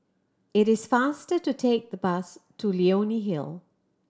it is faster to take the bus to Leonie Hill